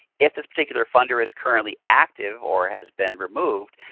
if this particular funder is currently active or has been removed,